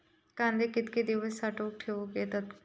कांदे कितके दिवस साठऊन ठेवक येतत?